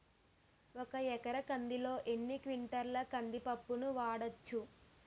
ఒక ఎకర కందిలో ఎన్ని క్వింటాల కంది పప్పును వాడచ్చు?